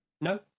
No